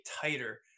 tighter